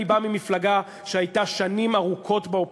אני בא ממפלגה שהייתה שנים ארוכות באופוזיציה,